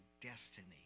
destiny